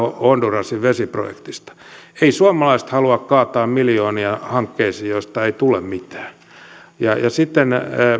hondurasin vesiprojektista eivät suomalaiset halua kaataa miljoonia hankkeisiin joista ei tule mitään ja sitten